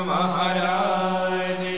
Maharaj